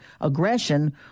aggression